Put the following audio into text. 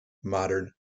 modern